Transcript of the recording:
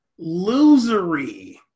losery